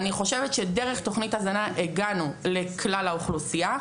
אני חושבת שדרך תוכנית הזנה הגענו לכלל האוכלוסייה,